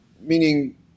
Meaning